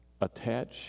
Attach